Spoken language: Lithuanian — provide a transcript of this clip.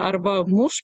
arba muš